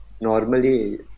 normally